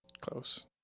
close